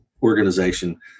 organization